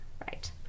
Right